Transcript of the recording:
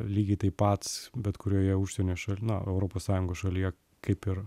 lygiai taip pat bet kurioje užsienio ša na europos sąjungos šalyje kaip ir